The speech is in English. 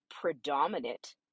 predominant